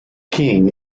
king